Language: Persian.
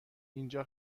اینجا